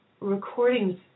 recordings